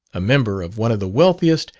a member of one of the wealthiest,